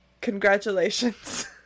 Congratulations